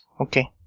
Okay